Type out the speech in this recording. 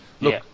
Look